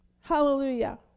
Hallelujah